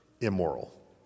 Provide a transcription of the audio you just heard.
immoral